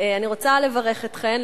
אני רוצה לברך אתכן,